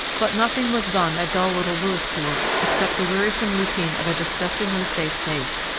but nothing was done at dull little louisbourg, except the wearisome routine of a disgustingly safe base.